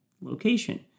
location